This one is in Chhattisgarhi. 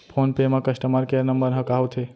फोन पे म कस्टमर केयर नंबर ह का होथे?